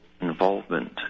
involvement